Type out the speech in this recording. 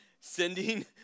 Sending